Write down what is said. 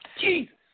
Jesus